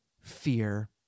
fear